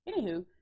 Anywho